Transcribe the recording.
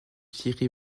thierry